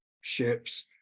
ships